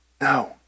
No